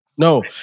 No